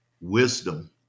wisdom